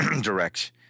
direct